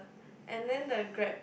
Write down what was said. and then the Grab